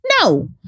no